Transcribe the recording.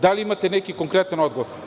Da li imate neki konkretan odgovor?